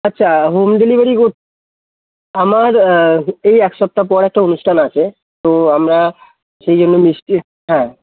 আচ্ছা home delivery কর আমার এই এক সপ্তাহ পর একটা অনুষ্ঠান আছে তো আমরা সেই জন্য মিষ্টি হ্যাঁ